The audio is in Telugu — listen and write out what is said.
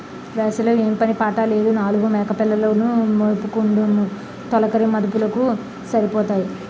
వేసవి లో ఏం పని పాట లేదు నాలుగు మేకపిల్లలు ను మేపుకుందుము తొలకరి మదుపులకు సరిపోతాయి